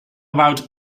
about